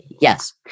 Yes